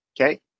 okay